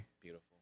Beautiful